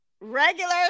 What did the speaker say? regular